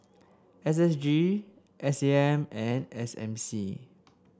S S G S A M and S M C